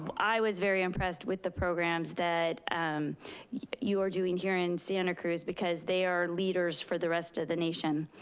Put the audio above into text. um i was very impressed with the programs that you are doing here in santa cruz. because they are leaders for the rest of the nation.